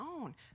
own